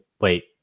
Wait